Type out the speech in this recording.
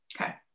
Okay